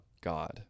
God